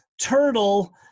turtle